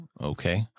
Okay